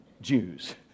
Jews